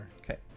Okay